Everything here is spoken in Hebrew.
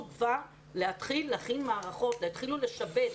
בה להתחיל להכין מערכות ולהתחיל לשבץ.